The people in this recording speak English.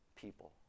people